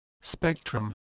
Spectrum